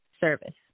service